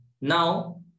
Now